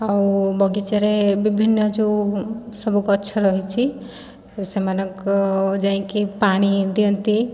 ଆଉ ବଗିଚାରେ ବିଭିନ୍ନ ଯେଉଁସବୁ ଗଛ ରହିଛି ସେମାନଙ୍କ ଯାଇକି ପାଣି ଦିଅନ୍ତି